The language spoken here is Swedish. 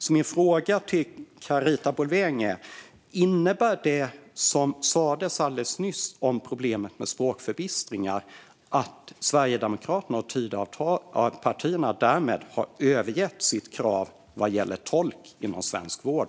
Min fråga till Carita Boulwén är: Innebär det som sades alldeles nyss om problemet med språkförbistringar att Sverigedemokraterna och Tidöpartierna har övergett sitt krav vad gäller tolk inom svensk vård?